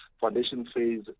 foundation-phase